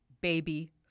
Baby